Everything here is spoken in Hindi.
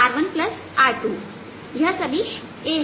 r1r2यह सदिश a है